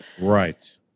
right